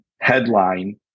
headline